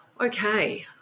Okay